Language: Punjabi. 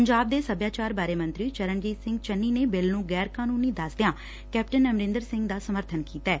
ਪੰਜਾਬ ਦੇ ਸਭਿਆਚਾਰ ਬਾਰੇ ਮੰਤਰੀ ਚਰਨਜੀਤ ਸਿੰਘ ਚੰਨੀ ਨੇ ਬਿੱਲ ਨੂੰ ਗੈਰ ਕਾਨੂੰਨੀ ਦਸਦਿਆਂ ਕੈਪਟਨ ਅਮਰਿੰਦਰ ਸਿੰਘ ਦਾ ਸਮਰਬਨ ਕੀਤੈ